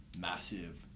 massive